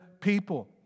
people